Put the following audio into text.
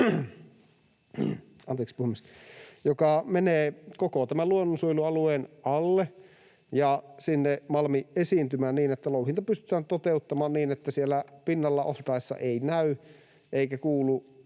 joka menee koko tämän luonnonsuojelualueen alle ja sinne malmiesiintymään niin, että louhinta pystytään toteuttamaan siten, että siellä pinnalla oltaessa ei näy eikä kuulu